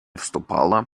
вступала